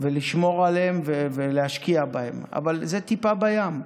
כדי לשמור עליהם ולהשקיע בהם, אבל זה טיפה בים.